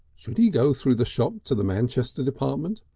should he go through the shop to the manchester department,